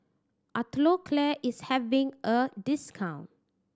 Atopiclair is having a discount